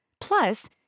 Plus